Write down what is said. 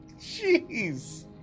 Jeez